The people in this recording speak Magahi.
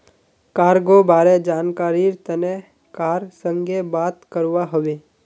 कार्गो बारे जानकरीर तने कार संगे बात करवा हबे